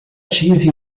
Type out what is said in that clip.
tive